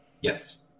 Yes